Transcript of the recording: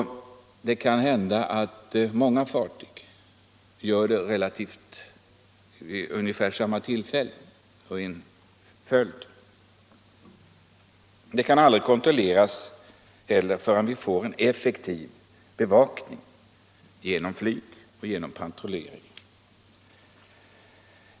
Det kan hända att många fartyg gör det i en följd vid ungefär samma tillfälle. Det kan aldrig kontrolleras förrän vi får en effektiv bevakning genom flyg och genom patrullering.